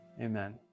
Amen